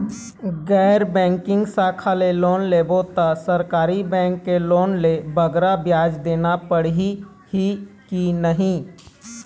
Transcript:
गैर बैंकिंग शाखा ले लोन लेबो ता सरकारी बैंक के लोन ले बगरा ब्याज देना पड़ही ही कि नहीं?